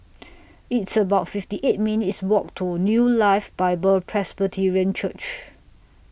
It's about fifty eight minutes' Walk to New Life Bible Presbyterian Church